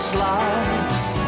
Slides